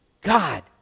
God